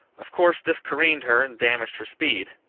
of course this careened her and damaged her speed.